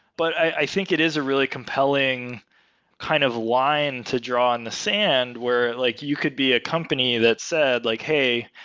but i think it is a really compelling kind of line to draw in the sand where like you could be a company that said like, hey,